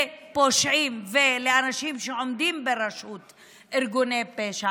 לפושעים ולאנשים שעומדים בראשות ארגוני פשע.